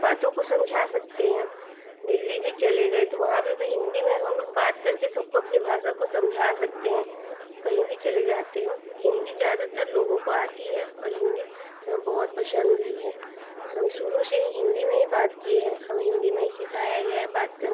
बातों को समझा सकते हैं दिल्ली भी चले गए तो वहाँ पर भी हमलोग हिन्दी में बात करके सबको अपनी भाषा को समझा सकते हैं कहीं भी चले जाते हों हिन्दी ज़्यादातर लोगों को आती है और हिन्दी हमें बहुत पसन्द भी है हम शुरू से ही हिन्दी में ही बात किए हैं हमें हिन्दी में ही सिखाया गया है बात करना